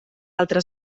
altra